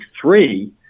three